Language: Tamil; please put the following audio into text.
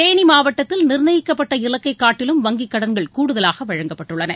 தேனி மாவட்டத்தில் நிர்ணயிக்கப்பட்ட இலக்கை காட்டிலும் வங்கிக் கடன்கள் கூடுதலாக வழங்கப்பட்டுள்ளன